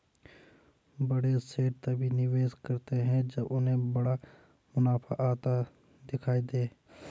बड़े सेठ तभी निवेश करते हैं जब उन्हें बड़ा मुनाफा आता दिखाई दे